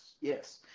yes